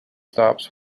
stops